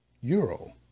euro